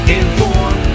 inform